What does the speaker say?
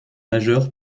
majeures